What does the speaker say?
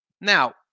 Now